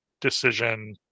decision